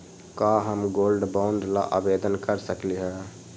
का हम gold bond ला आवेदन कर सकली ह?